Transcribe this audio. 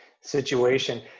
situation